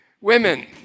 women